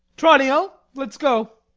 tranio, let's go.